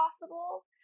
possible